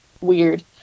weird